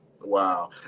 wow